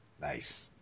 Nice